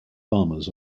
farmers